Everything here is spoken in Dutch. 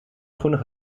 schoenen